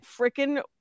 freaking